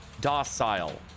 docile